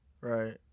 Right